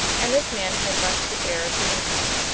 and this man had much the air of being one,